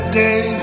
day